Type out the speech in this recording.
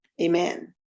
Amen